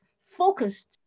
focused